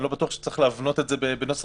אני לא בטוח שצריך להבנות את זה בנוסח